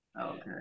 Okay